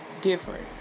different